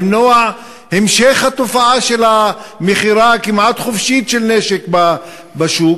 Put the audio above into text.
אלא למנוע את המשך התופעה של מכירה כמעט חופשית של נשק בשוק,